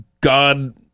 God